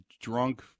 drunk